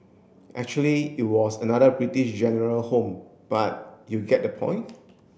actually it was another British General home but you get the point